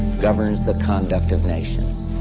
governs the conduct of nations.